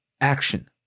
action